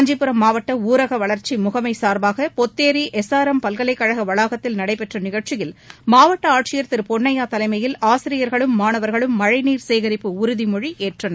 காஞ்சிபுரம் மாவட்ட ஊரக வளர்ச்சி முகமை சார்பாக பொத்தேரி எஸ் ஆர் எம் பல்கலைக் கழக வளாகத்தில் நடைபெற்ற நிகழ்ச்சியில் மாவட்ட ஆட்சியர் திரு பொன்னையா தலைமையில் ஆசிரியர்களும் மாணவர்களும் மழை நீர் சேகரிப்பு உறுதிமொழி ஏற்றனர்